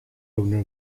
owner